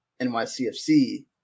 NYCFC